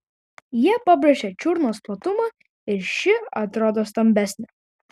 jie pabrėžia čiurnos platumą ir ši atrodo stambesnė